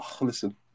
Listen